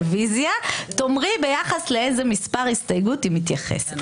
הרוויזיה תאמרי ביחס לאיזה מספר הסתייגות היא מתייחסת,